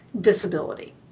disability